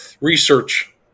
research